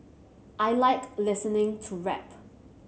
I like listening to rap